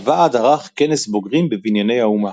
הוועד ערך כנס בוגרים בבנייני האומה.